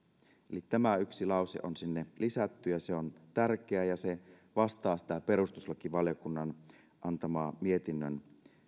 eli tämä yksi lause on sinne lisätty ja se on tärkeä ja se vastaa perustuslakivaliokunnan antaman mietinnön